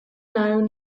known